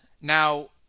Now